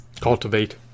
cultivate